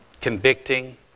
convicting